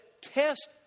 test